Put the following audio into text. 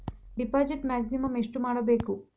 Deposit maximum ಎಷ್ಟು ಮಾಡಬೇಕು?